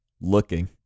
looking